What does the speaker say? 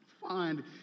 find